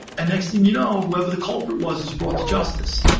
and next thing you know, whoever the culprit was is brought to justice.